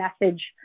message